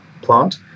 plant